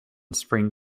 spring